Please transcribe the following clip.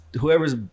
whoever's